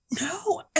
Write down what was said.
No